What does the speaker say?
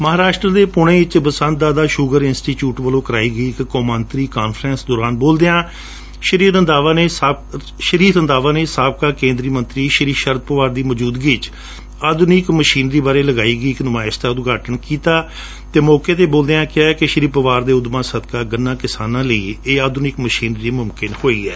ਮਹਾਰਾਸਟਰਾ ਦੇ ਪੁਣੇ ਵਿਚ Vasant Dada sugar institute ਵਲੋਂ ਕਰਵਾਈ ਗਈ ਇਕ ਕੌਮਾਂਤਰੀ ਕਾਨਫਰੰਸ ਦੌਰਾਨ ਸ਼ੀ ਰੰਧਾਵਾ ਨੇ ਸਾਬਕਾ ਕੇਂਦਰੀ ਮੰਤਰੀ ਸ਼ੀ ਸ਼ਰਦ ਪਵਾਰ ਦੀ ਮੌਚਦਗਾੂੂੂਵਿਚ ਆਧੁਨਿਕ ਮਸ਼ੀਨਰੀ ਬਾਰੇ ਲਗਾਈ ਗਈ ਇਕ ਨੁਮਾਇਸ਼ ਦਾ ਉਦਘਾਟਨ ਕੀਤਾ ਅਤੇ ਮੌਕੇ ਤੇ ਬੋਲਦਿਆਂ ਕਿਹਾ ਕਿ ਸ਼ੀ ਪਵਾਰ ਦੇ ਉਦਮਾ ਸਕਦਾ ਗੰਨਾ ਕਿਸਾਨਾਂ ਲਈ ਇਹ ਆਧੁਨਿਕ ਮਸ਼ੀਨਰੀ ਮੁਮਕਿਨ ਹੋਈ ਹੈ